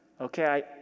okay